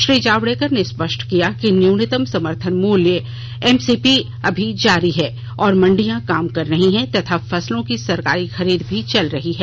श्री जावडेकर ने स्पष्ट किया कि न्यूनतम समर्थन मूल्य एम एस पी अभी जारी है और मंडियां काम कर रही हैं तथा फसलों की सरकारी खरीद भी चल रही है